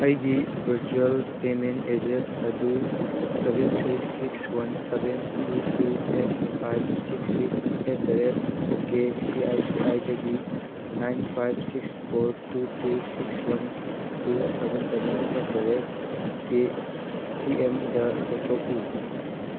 ꯑꯩꯒꯤ virtual payment address ꯑꯗꯨ seven three six one seven two two eight five six six at the rate O K C I C ꯑꯥꯏꯗꯒꯤ nine five six four two two six one two seven seven at the rate P T ꯑꯦꯝꯗ ꯑꯣꯟꯊꯣꯛꯎ